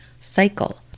cycle